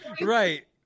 Right